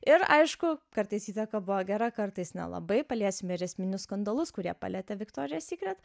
ir aišku kartais įtaka buvo gera kartais nelabai paliesim ir esminių skandalus kurie palietė viktorija sykret